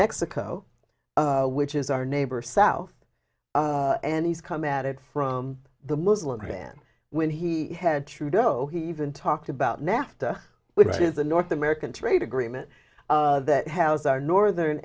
mexico which is our neighbor south and he's come at it from the muslim man when he had trudeau he even talked about nafta which is the north american trade agreement that has our northern